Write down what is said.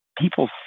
people